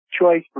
choice